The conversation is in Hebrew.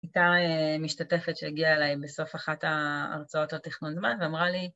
הייתה משתתפת שהגיעה אליי בסוף אחת ההרצאות לתכנון זמן ואמרה לי